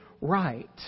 right